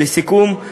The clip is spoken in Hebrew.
לסיכום,